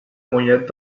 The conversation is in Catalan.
mollet